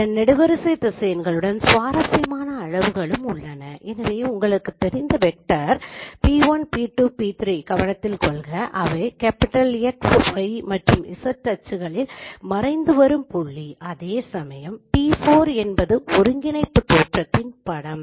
அதன் நெடுவரிசை திசையன்களுடன் சுவாரஸ்யமான உறவுகளும் உள்ளன எனவே உங்களுக்கு தெரிந்த வெக்டர் p1 p2 p3 கவனத்தில் கொள்க அவை X Y மற்றும் Z அச்சுகளின் மறைந்து வரும் புள்ளிகள் அதேசமயம் p4 என்பது ஒருங்கிணைப்பு தோற்றத்தின் படம்